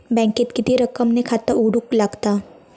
बँकेत किती रक्कम ने खाता उघडूक लागता?